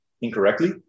incorrectly